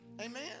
Amen